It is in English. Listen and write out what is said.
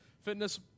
fitness